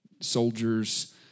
soldiers